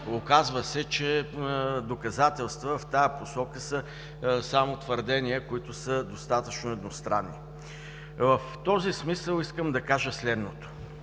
Оказва се, че доказателства в тази посока са само твърдения, които са достатъчно едностранни. В този смисъл искам да кажа следното: